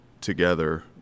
together